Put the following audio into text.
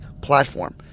platform